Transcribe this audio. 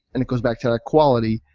and it goes back to quality,